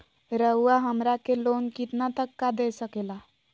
रउरा हमरा के लोन कितना तक का दे सकेला?